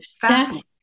fascinating